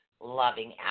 loving